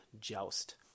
Joust